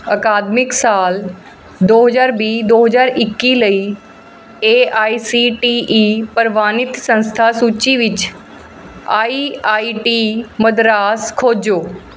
ਅਕਾਦਮਿਕ ਸਾਲ ਦੋ ਹਜ਼ਾਰ ਵੀਹ ਦੋ ਹਜ਼ਾਰ ਇੱਕੀ ਲਈ A I C T E ਪ੍ਰਵਾਨਿਤ ਸੰਸਥਾ ਸੂਚੀ ਵਿੱਚ ਆਈ ਆਈ ਟੀ ਮਦਰਾਸ ਖੋਜੋ